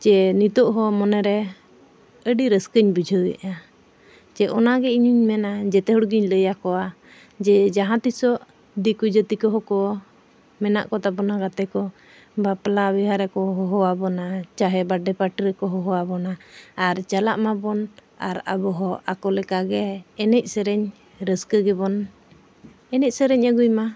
ᱡᱮ ᱱᱤᱛᱳᱜ ᱦᱚᱸ ᱢᱚᱱᱮᱨᱮ ᱟᱹᱰᱤ ᱨᱟᱹᱥᱠᱟᱹᱧ ᱵᱩᱡᱷᱟᱹᱣ ᱮᱫᱼᱟ ᱡᱮ ᱚᱱᱟᱜᱮ ᱤᱧᱤᱧ ᱦᱚᱧ ᱢᱮᱱᱟ ᱡᱚᱛᱚ ᱦᱚᱲᱜᱮᱧ ᱞᱟᱹᱭᱟᱠᱚᱣᱟ ᱡᱮ ᱡᱟᱦᱟᱸ ᱛᱤᱥᱚᱜ ᱫᱤᱠᱩ ᱡᱟᱹᱛᱤ ᱠᱚᱦᱚᱸ ᱠᱚ ᱢᱮᱱᱟᱜ ᱠᱚᱛᱟᱵᱚᱱᱟ ᱜᱟᱛᱮ ᱠᱚ ᱵᱟᱯᱞᱟᱼᱵᱤᱦᱟᱹᱨᱮ ᱠᱚ ᱦᱚᱦᱚ ᱟᱵᱚᱱᱟ ᱪᱟᱦᱮ ᱨᱮᱠᱚ ᱦᱚᱦᱚ ᱟᱵᱚᱱᱟ ᱟᱨ ᱪᱟᱞᱟᱜ ᱢᱟᱵᱚᱱ ᱟᱨ ᱟᱵᱚ ᱦᱚᱸ ᱟᱠᱚ ᱞᱮᱠᱟᱜᱮ ᱮᱱᱮᱡᱼᱥᱮᱨᱮᱧ ᱨᱟᱹᱥᱠᱟᱹ ᱜᱮᱵᱚᱱ ᱮᱱᱮᱡᱼᱥᱮᱨᱮᱧ ᱟᱹᱜᱩᱭ ᱢᱟ